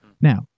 Now